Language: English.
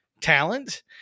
talent